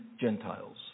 Gentiles